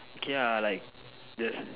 okay lah like the